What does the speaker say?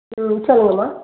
ம் சொல்லுங்கம்மா